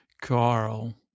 Carl